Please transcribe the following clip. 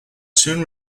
soon